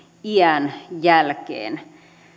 iän jälkeen